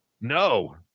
No